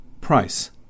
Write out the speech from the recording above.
price